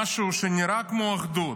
משהו שנראה כמו אחדות,